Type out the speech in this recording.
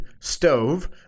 stove